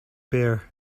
bear